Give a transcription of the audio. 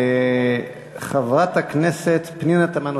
חברת הכנסת פנינה תמנו-שטה,